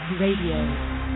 Radio